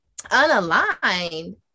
unaligned